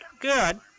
Good